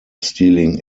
stealing